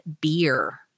beer